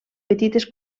petites